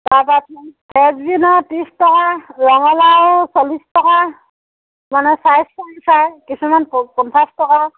তাৰপৰা ফ্ৰেন্স বিনৰ ত্ৰিছ টকা ৰঙালাও চলিছ টকা মানে ছাইজটো চাই কিছুমান পঞ্চাছ টকা